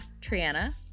Triana